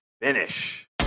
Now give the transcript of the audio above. finish